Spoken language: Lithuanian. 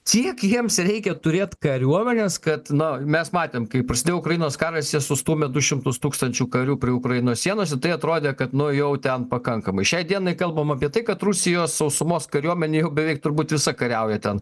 kiek jiems reikia turėti kariuomenės kad na mes matėm kaip prasidėjo ukrainos karas jie sustūmė du šimtus tūkstančių karių prie ukrainos sienos ir tai atrodė kad nu jau ten pakankamai šiai dienai kalbam apie tai kad rusijos sausumos kariuomenė jau beveik turbūt visa kariauja ten